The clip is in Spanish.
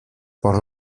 por